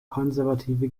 konservative